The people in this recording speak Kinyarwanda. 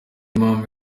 impamvu